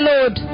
Lord